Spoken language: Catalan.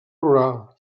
rural